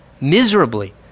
miserably